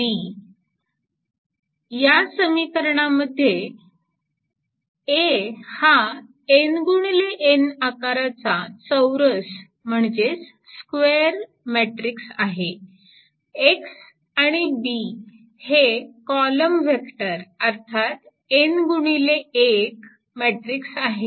11 या समीकरणामध्ये Aहा n गुणिले n आकाराचा चौरस म्हणजेच स्क्वेअर मॅट्रिक्स आहे X आणि B हे कॉलम वेक्टर अर्थात n गुणिले 1 मॅट्रिक्स आहेत